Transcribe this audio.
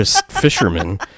fisherman